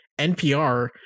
NPR